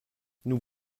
nous